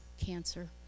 cancer